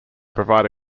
provide